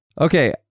Okay